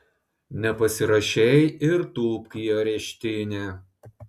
nepasirašei ir tūpk į areštinę